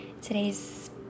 today's